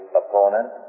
opponent